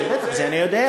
בטח, את זה אני יודע.